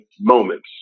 moments